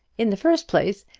in the first place,